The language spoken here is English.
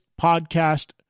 podcast